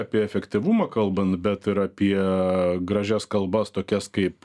apie efektyvumą kalbant bet ir apie gražias kalbas tokias kaip